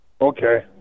Okay